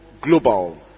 global